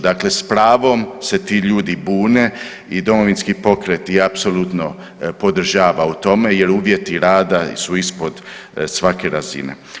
Dakle, s pravom se ti ljudi bune i Domovinski pokret ih apsolutno podržava u tome jel uvjeti rada su ispod svake razine.